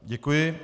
Děkuji.